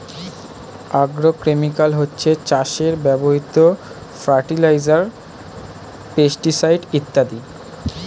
agrochemical হচ্ছে চাষে ব্যবহৃত ফার্টিলাইজার, পেস্টিসাইড ইত্যাদি